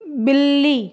बिल्ली